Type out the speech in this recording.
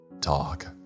Talk